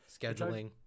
scheduling